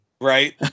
Right